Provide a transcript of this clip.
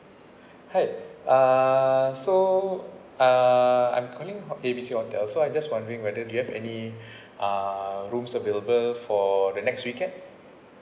!hey! uh so uh I'm calling A B C hotel so I just wondering whether do you have any uh rooms available for the next weekend